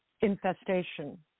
infestation